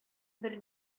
бер